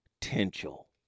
potential